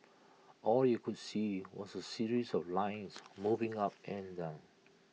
all you could see was A series of lines moving up and down